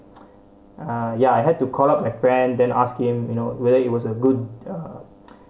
uh ya I had to call up my friend then ask him you know where it was a good uh